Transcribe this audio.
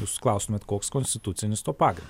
jūs klaustumėt koks konstitucinis to pagrindas